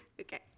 Okay